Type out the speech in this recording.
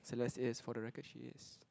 Celeste yes for the record she is